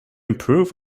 improve